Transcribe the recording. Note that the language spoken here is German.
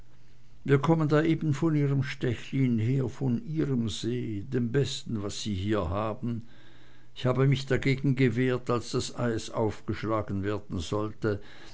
wir kommen da eben von ihrem stechlin her von ihrem see dem besten was sie hier haben ich habe mich dagegen gewehrt als das eis aufgeschlagen werden sollte